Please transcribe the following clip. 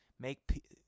make